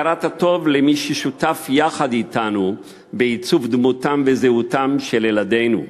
הכרת הטוב למי ששותף יחד אתנו בעיצוב דמותם וזהותם של ילדינו,